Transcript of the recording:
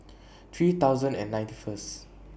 three thousand and ninety First